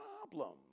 problem